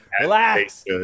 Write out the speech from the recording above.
Relax